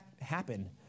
happen